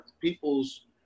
people's